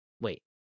wait